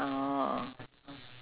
lorong two